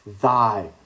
thy